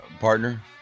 partner